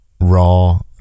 raw